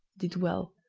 did well,